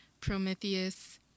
Prometheus